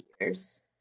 years